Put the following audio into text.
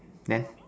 then